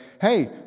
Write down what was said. hey